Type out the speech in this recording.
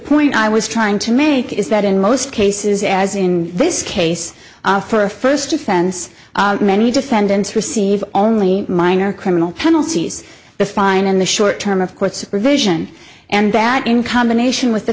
point i was trying to make is that in most cases as in this case for a first offense many defendants receive only minor criminal penalties the fine in the short term of courts revision and bat in combination with the